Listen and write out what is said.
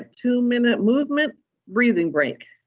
ah two minute movement breathing break.